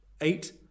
eight